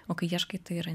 o kai ieškai tai yra